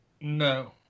No